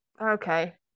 Okay